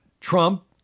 Trump